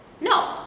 No